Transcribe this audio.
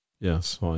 yes